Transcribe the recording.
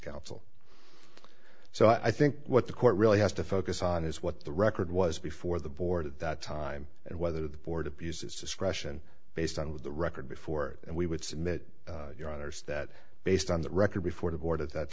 counsel so i think what the court really has to focus on is what the record was before the board at that time and whether the board abused its discretion based on with the record before and we would submit your honour's that based on the record before the board at that